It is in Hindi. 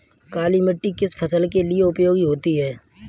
काली मिट्टी किस फसल के लिए उपयोगी होती है?